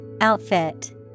Outfit